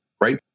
right